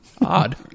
Odd